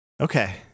Okay